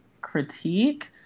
critique